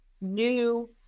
new